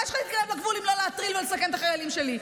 מה יש לך להתקרב לגבול אם לא להטריל ולסכן את החיילים שלי?